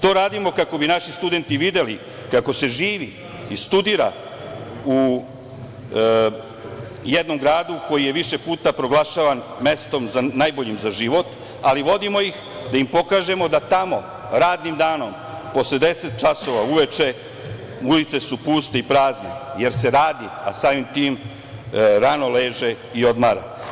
To radimo kako bi naši studenti videli kako se živi i studira u jednom gradu koji je više puta proglašavan mestom najboljim za život, ali vodimo ih da im pokažemo da tamo radnim danom posle 10 časova uveče ulice su puste i prazne jer se radi, a samim tim rano leže i odmara.